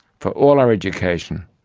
for all our education,